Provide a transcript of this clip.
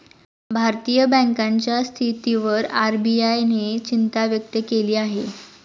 भारतीय बँकांच्या स्थितीवर आर.बी.आय ने चिंता व्यक्त केली आहे